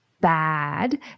bad